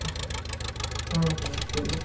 হুম হুম হুম ঠিক আছে